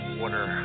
water